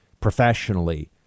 professionally